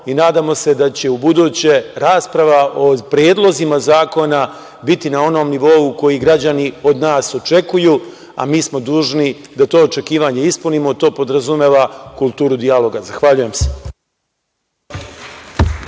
i nadamo se da će u buduće rasprava o predlozima zakona biti na onom nivou koji građani od nas očekuju, a mi smo dužni da to očekivanje ispunimo, to podrazumeva kulturu dijaloga. Zahvaljujem se.